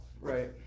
Right